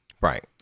Right